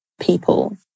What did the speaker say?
people